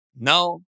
no